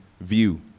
view